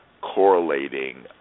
correlating